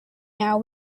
now